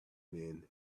men